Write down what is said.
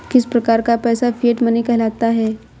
किस प्रकार का पैसा फिएट मनी कहलाता है?